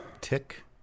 Tick